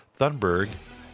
Thunberg